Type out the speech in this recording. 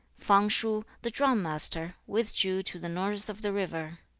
fang-shu, the drum master, withdrew to the north of the river.